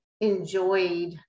enjoyed